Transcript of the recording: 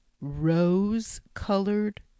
Rose-colored